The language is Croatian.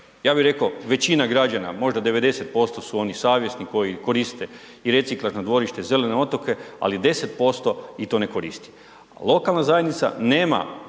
Ja bi rekao većina građana, možda 90% su oni savjesni koji koriste i reciklažno dvorište i zelene otoke, ali 10% ih to ne koristi. Lokalna zajednica nema